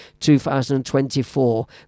2024